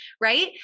right